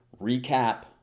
recap